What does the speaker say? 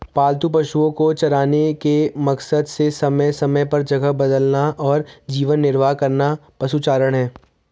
पालतू पशुओ को चराने के मकसद से समय समय पर जगह बदलना और जीवन निर्वाह करना पशुचारण है